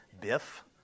Biff